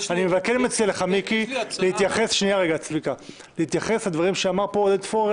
אני כן מציע לך מיקי להתייחס לדברים שאמר פה עודד פורר,